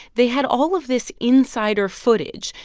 they had all of this insider footage,